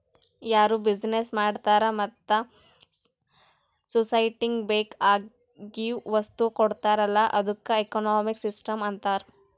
ಯಾರು ಬಿಸಿನೆಸ್ ಮಾಡ್ತಾರ ಮತ್ತ ಸೊಸೈಟಿಗ ಬೇಕ್ ಆಗಿವ್ ವಸ್ತು ಕೊಡ್ತಾರ್ ಅಲ್ಲಾ ಅದ್ದುಕ ಎಕನಾಮಿಕ್ ಸಿಸ್ಟಂ ಅಂತಾರ್